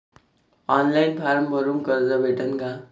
Online form भरून कर्ज भेटन का?